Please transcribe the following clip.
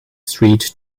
street